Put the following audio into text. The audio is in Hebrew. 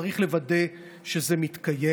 צריך לוודא שזה מתקיים.